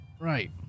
right